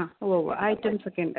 ആ ഉവ്വ് ഉവ്വ് ആ ഐറ്റംസൊക്കെയുണ്ട്